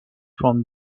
from